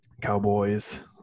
Cowboys